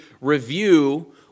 review